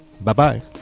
Bye-bye